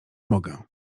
mogę